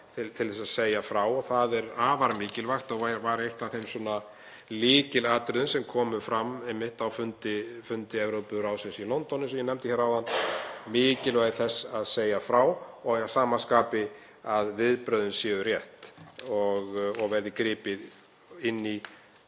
til þess að segja frá. Það er afar mikilvægt og var eitt af þeim lykilatriðum sem komu fram á fundi Evrópuráðsins í London, sem ég nefndi hér áðan, þ.e. mikilvægi þess að segja frá og að sama skapi að viðbrögðin séu rétt og strax verði gripið inn í